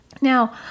Now